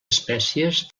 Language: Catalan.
espècies